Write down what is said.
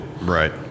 right